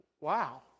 wow